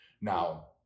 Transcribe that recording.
Now